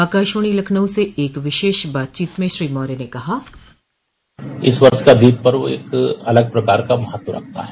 आकाशवाणी लखनऊ से एक विशेष बातचीत में श्री मौर्य ने कहा बाइट इस वर्ष का दीप पर्व एक अलग प्रकार का महत्व रखता है